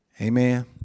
Amen